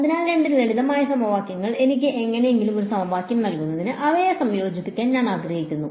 അതിനാൽ രണ്ട് ലളിതമായ സമവാക്യങ്ങൾ എനിക്ക് എങ്ങനെയെങ്കിലും ഒരു സമവാക്യം നൽകുന്നതിന് അവയെ സംയോജിപ്പിക്കാൻ ഞാൻ ആഗ്രഹിക്കുന്നു